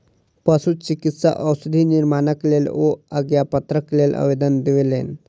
पशुचिकित्सा औषधि निर्माणक लेल ओ आज्ञापत्रक लेल आवेदन देलैन